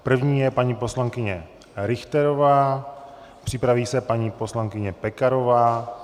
První je paní poslankyně Richterová, připraví se paní poslankyně Pekarová.